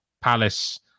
Palace